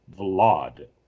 Vlad